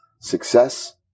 success